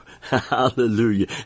Hallelujah